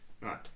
Right